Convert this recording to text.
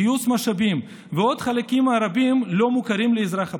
גיוס משאבים ועוד חלקים רבים לא מוכרים לאזרח הפשוט.